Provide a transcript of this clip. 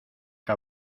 que